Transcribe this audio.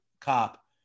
cop